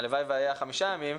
הלוואי שהיה חמישה ימים,